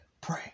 pray